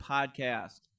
Podcast